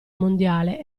mondiale